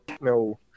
No